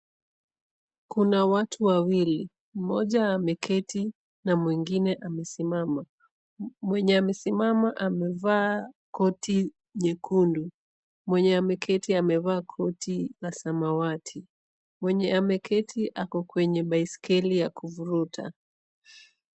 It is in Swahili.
Kuna watu wawili, mmoja ameketi na mwingine amesimama. Mwenye amesimama amevaa koti nyekundu, mwenye ameketi koti la samawati, mwenye ameketi ako kwenye baiskeli ya kuvuruta.